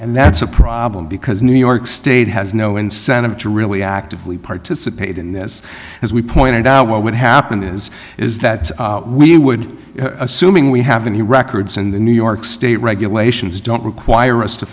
and that's a problem because new york state has no incentive to really actively participate in this as we pointed out what would happen is is that we would assuming we have the records in the new york state regulations don't require us to